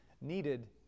needed